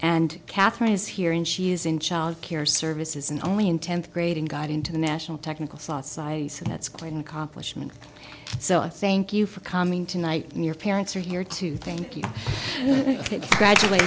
and katherine is here and she is in child care services and only in tenth grade and got into the national technical slot size so that's quite an accomplishment so i thank you for coming tonight and your parents are here to thank you gradua